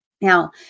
Now